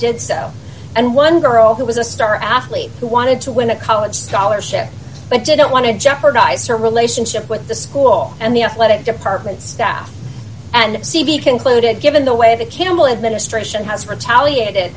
did so and one girl who was a star athlete who wanted to win a college scholarship but didn't want to jeopardize her relationship with the school and the athletic department staff and c v concluded given the way the campbell administration has retaliated